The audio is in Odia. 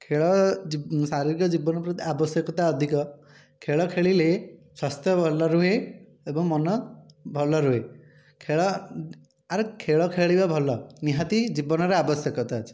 ଖେଳ ଶାରୀରିକ ଜୀବନ ପ୍ରତି ଆବଶ୍ୟକତା ଅଧିକ ଖେଳ ଖେଳିଲେ ସ୍ୱାସ୍ଥ୍ୟ ଭଲ ରୁହେ ଏବଂ ମନ ଭଲ ରୁହେ ଖେଳ ଆରେ ଖେଳ ଖେଳିବା ଭଲ ନିହାତି ଜୀବନରେ ଆବଶ୍ୟକତା ଅଛି